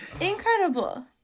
Incredible